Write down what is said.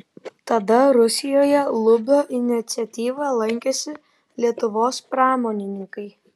tada rusijoje lubio iniciatyva lankėsi lietuvos pramonininkai